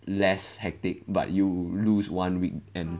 less hectic but you lose one weekend